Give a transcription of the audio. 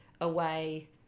away